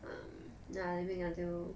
um yeah maybe they make until